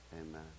Amen